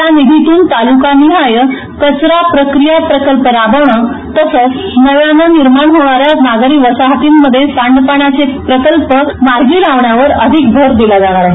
या निधीतून तालूका निहाय कचरा प्रक्रिया प्रकल्प राबवणं तसंच नव्यानं निर्माण होणा या नागरी वसाहतींमध्ये सांडपाण्याचे प्रकल्प मार्गी लावण्यावर अधिक भर दिला जाणार आहे